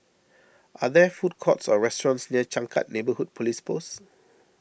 are there food courts or restaurants near Changkat Neighbourhood Police Post